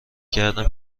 کردم